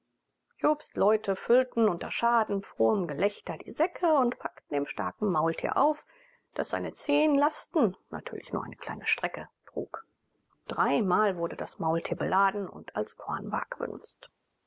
jobsts leute füllten unter schadenfrohem gelächter die säcke und packten sie dem starken maultier auf das seine zehn lasten natürlich nur eine kleine strecke trug dreimal wurde das maultier beladen und als kornwage